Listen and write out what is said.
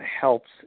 helps